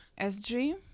SG